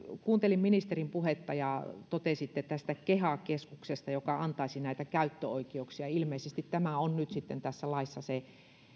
kuuntelin ministerin puhetta ja totesitte keha keskuksesta joka antaisi näitä käyttöoikeuksia ilmeisesti tämä on nyt sitten tässä laissa se